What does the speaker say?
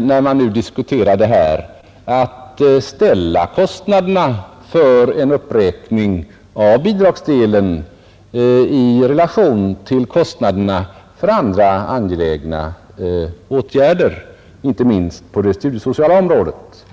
när man diskuterar det här att ställa kostnaderna för en uppräkning av bidragsdelen i relation till kostnaderna för andra angelägna åtgärder, inte minst på det studiesociala området.